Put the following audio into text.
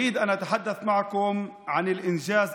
אני רוצה לדבר איתכם על ההישג החשוב